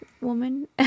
woman